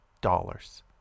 dollars